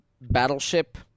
battleship –